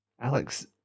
Alex